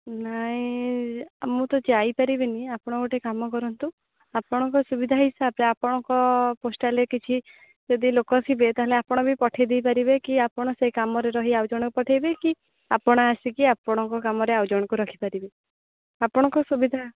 ନାଇଁ ମୁଁ ତ ଯାଇପାରିବିନି ଆପଣ ଗୋଟେ କାମ କରନ୍ତୁ ଆପଣଙ୍କ ସୁବିଧା ହିସାବରେ ଆପଣଙ୍କ ପୋଷ୍ଟାଲ୍ରେ କିଛି ଯଦି ଲୋକ ଥିବେ ତାହେଲେ ଆପଣ ବି ପଠେଇ ଦେଇପାରିବେ କି ଆପଣ ସେ କାମରେ ରହି ଆଉ ଜଣଙ୍କୁ ପଠେଇବେ କି ଆପଣ ଆସିକି ଆପଣଙ୍କ କାମରେ ଆଉ ଜଣଙ୍କୁ ରଖିପାରିବେ ଆପଣଙ୍କ ସୁବିଧା